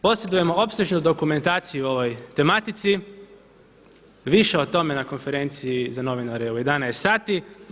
Posjedujemo opsežnu dokumentaciju o ovoj tematici, više o tome na konferenciji za novinare u 11 sati.